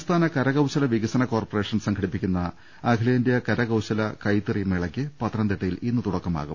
സംസ്ഥാന കരകൌശല വികസന കോർപ്പറേഷൻ സംഘ ടിപ്പിക്കുന്ന അഖിലേന്ത്യാ കരകൌശല കൈത്തറി മേളയ്ക്ക് പത്തനംതിട്ടയിൽ ഇന്ന് തുടക്കമാവും